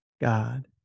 god